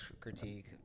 critique